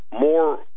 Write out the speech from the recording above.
more